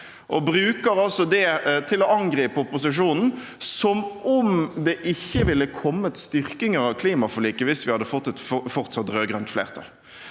og bruker altså det til å angripe opposisjonen, som om det ikke ville kommet styrkinger av klimaforliket hvis vi hadde fått et fortsatt rød-grønt flertall.